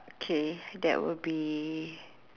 okay that would be